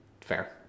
Fair